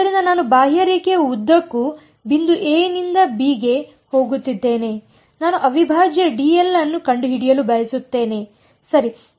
ಆದ್ದರಿಂದ ನಾನು ಬಾಹ್ಯರೇಖೆಯ ಉದ್ದಕ್ಕೂ ಬಿಂದು ಎ ನಿಂದ ಬಿ ಗೆ ಹೋಗುತ್ತಿದ್ದೇನೆ ಮತ್ತು ನಾನು ಅವಿಭಾಜ್ಯ ಡಿಎಲ್ ಅನ್ನು ಕಂಡುಹಿಡಿಯಲು ಬಯಸುತ್ತೇನೆ ಸರಿ